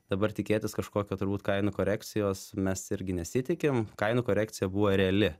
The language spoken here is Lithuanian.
dabar tikėtis kažkokio turbūt kainų korekcijos mes irgi nesitikim kainų korekcija buvo reali